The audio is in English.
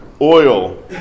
oil